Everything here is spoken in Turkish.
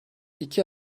iki